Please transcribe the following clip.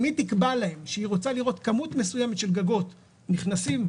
אם היא תקבע להם שהיא רוצה לראות כמות מסוימת של גגות נכנסים לרשת,